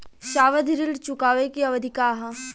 सावधि ऋण चुकावे के अवधि का ह?